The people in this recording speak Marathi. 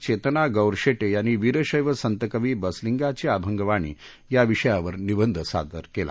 चेतना गौरशेटे यांनी वीशैव संतकवी बसलिंगाची आभंगवाणी या विषयावर निंबध सादर केला